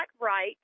right